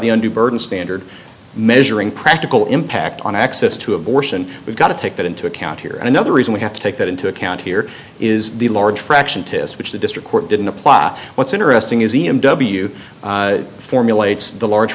the undue burden standard measuring practical impact on access to abortion we've got to take that into account here another reason we have to take that into account here is the large fraction to switch the district court didn't apply what's interesting is the m w formulates the large